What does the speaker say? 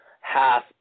half